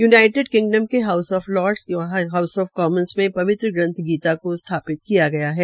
United Kingdom के house of Lords व house of Commons में पवित्र ग्रंथ गीता को स्थापित किया गया है